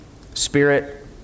Spirit